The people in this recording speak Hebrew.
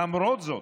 למרות זאת,